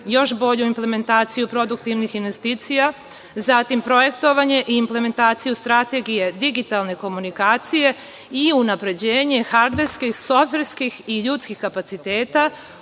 još bolju implementaciju produktivnih investicija, zatim projektovanje i implementaciju strategije digitalne komunikacije i unapređenje hardverskih, softverskih i ljudskih kapaciteta,